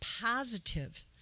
positive